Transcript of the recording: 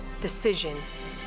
decisions